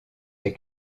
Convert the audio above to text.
des